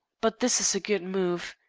but this is a good move.